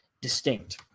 distinct